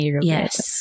Yes